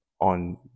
on